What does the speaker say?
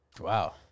Wow